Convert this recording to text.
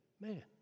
man